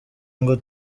ngo